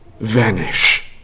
vanish